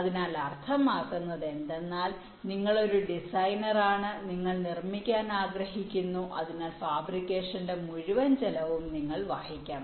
അതിനാൽ അർത്ഥമാക്കുന്നത് എന്തെന്നാൽ നിങ്ങൾ ഒരു ഡിസൈനർ ആണ് നിങ്ങൾ നിർമ്മിക്കാൻ ആഗ്രഹിക്കുന്നു അതിനാൽ ഫാബ്രിക്കേഷന്റെ മുഴുവൻ ചെലവും നിങ്ങൾ വഹിക്കണം